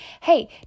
hey